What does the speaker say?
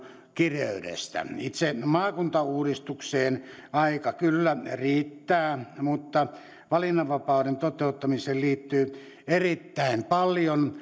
kireydestä itse maakuntauudistukseen aika kyllä riittää mutta valinnanvapauden toteuttamiseen liittyy erittäin paljon